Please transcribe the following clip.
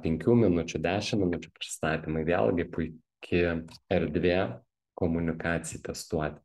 penkių minučių dešim minučių prisistatymai vėlgi puiki erdvė komunikacijai testuoti